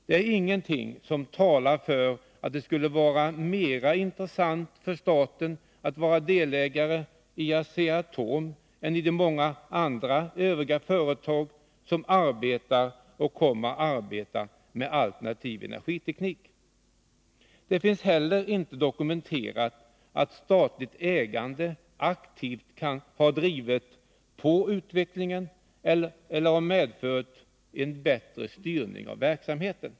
Det är ingenting som talar för att det skulle vara mer intressant för staten att vara delägare i Asea-Atom än i de många övriga företag som arbetar och kommer att arbeta med alternativ energiteknik. Det finns inte heller dokumenterat att statligt ägande aktivt har drivit på utvecklingen eller medfört en bättre styrning av verksamheten.